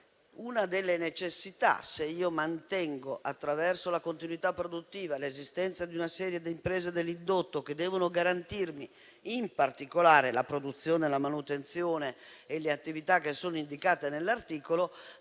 una delle due necessità: se io mantengo, attraverso la continuità produttiva, l'esistenza di una serie di imprese dell'indotto che devono garantirmi, in particolare, la produzione, la manutenzione e le attività che sono indicate nell'articolo,